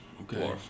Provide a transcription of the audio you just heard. Okay